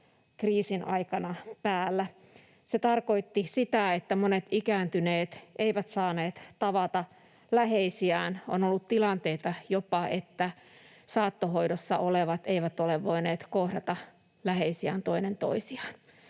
koronakriisin aikana päällä. Se tarkoitti sitä, että monet ikääntyneet eivät saaneet tavata läheisiään. On ollut jopa tilanteita, että saattohoidossa olevat eivät ole voineet kohdata läheisiään, toinen toisiaan.